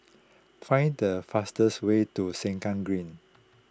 find the fastest way to Sengkang Green